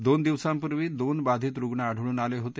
दोन दिवसांपूर्वी दोन बाधित रुग्ण आढळून आले होते